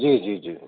जी जी जी